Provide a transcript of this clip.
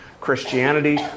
Christianity